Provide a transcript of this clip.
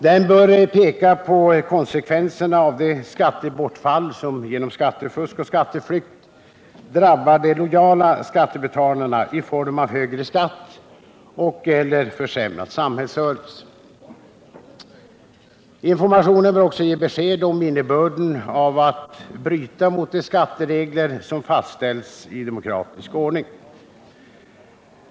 Den bör peka på konsekvenserna av det skattebortfall som uppstår genom skattefusk och skatteflykt — som drabbar de lojala skattebetalarna i form av högre skatt och/ eller försämrad samhällsservice. Informationen bör också ge besked om innebörden av att bryta mot de skattelagar som fastställts i demokratisk ordning.